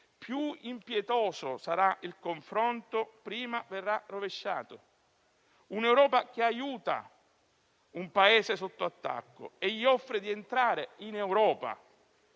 più impietoso sarà il confronto, prima verrà rovesciato. Oggi abbiamo un'Europa che aiuta un Paese sotto attacco e gli offre di entrare in Europa;